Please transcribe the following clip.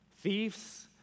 thieves